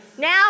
Now